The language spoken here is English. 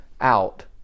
out